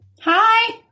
Hi